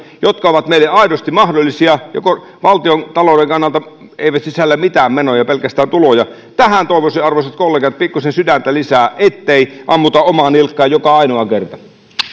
jotka ovat meille aidosti mahdollisia ja jotka valtiontalouden kannalta eivät sisällä mitään menoja pelkästään tuloja tähän toivoisin arvoisat kollegat pikkuisen sydäntä lisää ettei ammuta omaan nilkkaan joka ainoa kerta